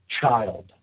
child